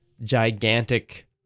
gigantic